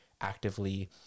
actively